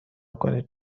کنید